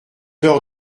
leur